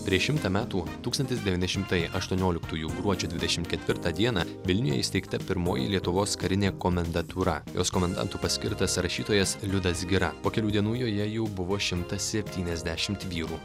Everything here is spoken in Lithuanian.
prieš šimtą metų tūkstantis devyni šimtai aštuonioliktųjų gruodžio dvidešimt ketvirtą dieną vilniuje įsteigta pirmoji lietuvos karinė komendantūra jos komendantu paskirtas rašytojas liudas gira po kelių dienų joje jau buvo šimtas septyniasdešimt vyrų